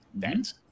Thanks